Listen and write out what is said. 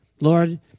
Lord